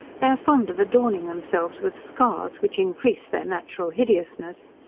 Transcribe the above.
they are fond of adorning themselves with scars, which increase their natural hideousness.